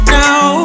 now